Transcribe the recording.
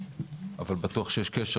אבל בטוח שיש קשר,